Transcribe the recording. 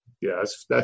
Yes